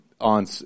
on